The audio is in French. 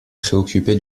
préoccupé